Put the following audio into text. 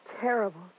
terrible